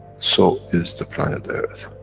so is the planet earth,